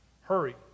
Hurry